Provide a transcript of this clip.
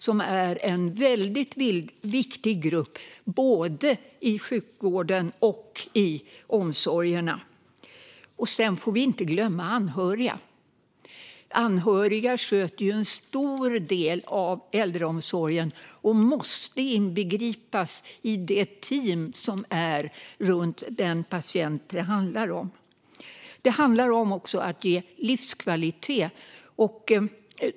De är en mycket viktig grupp i sjukvården och i omsorgerna. Sedan får vi inte glömma de anhöriga. De anhöriga sköter en stor del av äldreomsorgen, och de måste inbegripas i de team som finns runt en patient. Det handlar också om att ge livskvalitet.